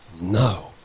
No